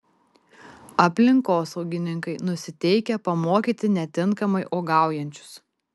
aplinkosaugininkai nusiteikę pamokyti netinkamai uogaujančius